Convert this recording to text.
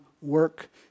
work